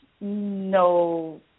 no